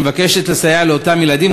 שמבקשת לסייע לאותם ילדים,